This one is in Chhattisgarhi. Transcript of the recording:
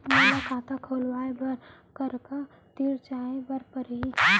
मोला खाता खोलवाय बर काखर तिरा जाय ल परही?